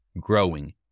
growing